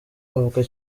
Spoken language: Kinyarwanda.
avuga